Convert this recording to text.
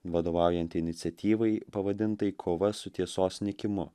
vadovaujanti iniciatyvai pavadintai kova su tiesos nykimu